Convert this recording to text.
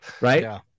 Right